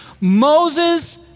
Moses